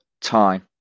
time